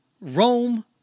Rome